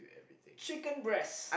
chicken breast